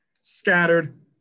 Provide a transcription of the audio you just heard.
scattered